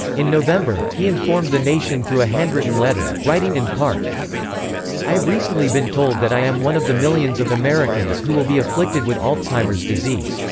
in november, he informed the nation through a handwritten letter, writing in part i have recently been told that i am one of the millions of americans who will be afflicted with alzheimer's disease.